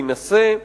להינשא,